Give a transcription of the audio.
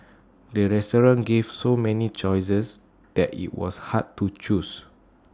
the restaurant gave so many choices that IT was hard to choose